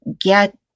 get